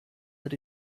that